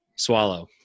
swallow